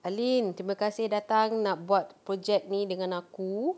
alin terima kasih datang nak buat project ini dengan aku